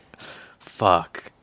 Fuck